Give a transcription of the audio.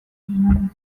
بازیشونه